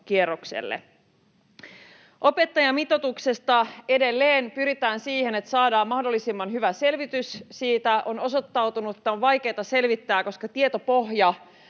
Hyvä hyvä!] Opettajamitoituksesta: Edelleen pyritään siihen, että saadaan mahdollisimman hyvä selvitys siitä. On osoittautunut, että on vaikeata selvittää, koska tietopohja